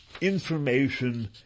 information